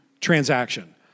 transaction